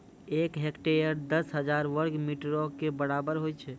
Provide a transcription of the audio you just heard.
एक हेक्टेयर, दस हजार वर्ग मीटरो के बराबर होय छै